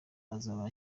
azaba